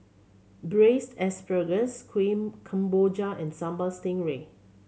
Braised Asparagus Kueh Kemboja and Sambal Stingray